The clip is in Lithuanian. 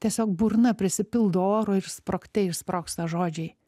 tiesiog burna prisipildo oro ir sprogte išsprogsta žodžiai